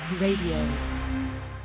Radio